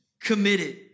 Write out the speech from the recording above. committed